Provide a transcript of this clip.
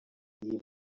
iyi